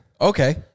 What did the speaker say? Okay